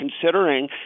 considering